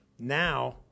Now